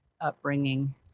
upbringing